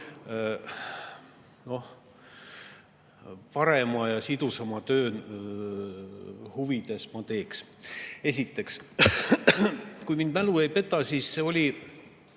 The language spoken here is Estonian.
parema ja sidusama töö huvides ma teeks. Esiteks. Kui mu mälu ei peta, siis see oli